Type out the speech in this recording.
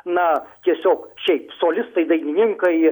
na tiesiog šiaip solistai dainininkai